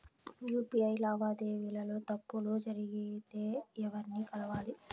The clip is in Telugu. యు.పి.ఐ లావాదేవీల లో తప్పులు జరిగితే ఎవర్ని కలవాలి?